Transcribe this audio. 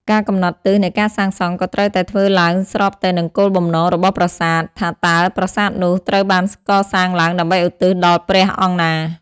ការកំណត់ទិសនៃការសាងសង់ក៏ត្រូវតែធ្វើឡើងស្របទៅនឹងគោលបំណងរបស់ប្រាសាទ ថាតើប្រាសាទនោះត្រូវបានកសាងឡើងដើម្បីឧទ្ទិសដល់ព្រះអង្គណា។